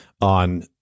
on